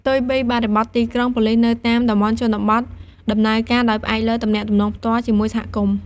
ផ្ទុយពីបរិបទទីក្រុង ប៉ូលិសនៅតាមតំបន់ជនបទដំណើរការដោយផ្អែកលើ ទំនាក់ទំនងផ្ទាល់ ជាមួយសហគមន៍។